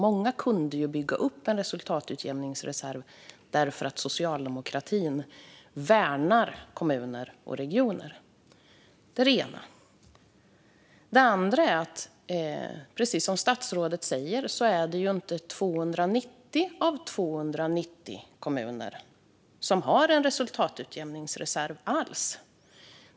Många kunde då bygga upp en resultatutjämningsreserv eftersom socialdemokratin värnar kommuner och regioner. Det var det ena. Det andra var att det, precis som statsrådet säger, inte är 290 av 290 kommuner som alls har en resultatutjämningsreserv.